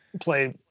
play